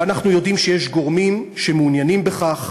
ואנחנו יודעים שיש גורמים שמעוניינים בכך,